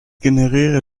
generiere